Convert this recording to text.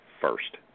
first